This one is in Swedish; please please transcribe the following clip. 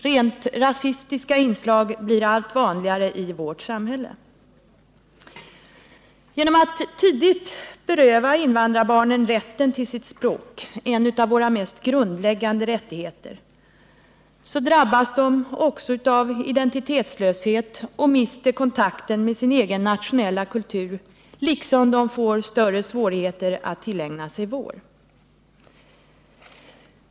Rent rasistiska inslag blir allt vanligare i vårt samhälle. Genom att man tidigt berövade invandrarbarnen rätten till sitt språk — en av de mest grundläggande rättigheterna — drabbas de också av identitetslöshet och mister kontakten med sin egen nationella kultur, liksom de får större svårigheter att tillägna sig vår.